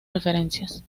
referencias